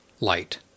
light